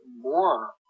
more